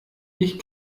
ich